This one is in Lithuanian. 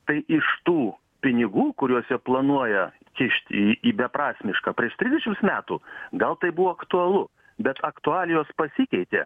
tai iš tų pinigų kuriuos jie planuoja kišti į beprasmišką prieš trisdešims metų gal tai buvo aktualu bet aktualijos pasikeitė